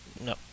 No